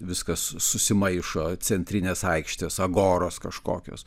viskas su susimaišo centrinės aikštės agoros kažkokios